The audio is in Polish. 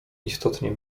istotnie